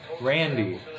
Randy